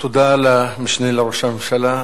תודה למשנה לראש הממשלה.